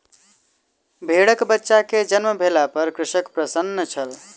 भेड़कबच्चा के जन्म भेला पर कृषक प्रसन्न छल